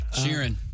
Sheeran